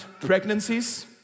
pregnancies